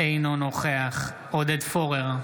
אינו נוכח עודד פורר,